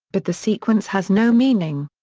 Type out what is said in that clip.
but the sequence has no meaning.